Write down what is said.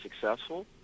successful